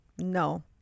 No